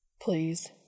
Please